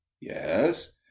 Yes